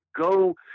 go